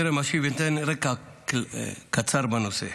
טרם אשיב, אתן רקע קצר בנושא.